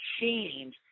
change